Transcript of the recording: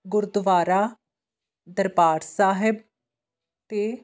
ਗੁਰਦੁਆਰਾ ਦਰਬਾਰ ਸਾਹਿਬ ਅਤੇ